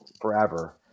forever